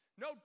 No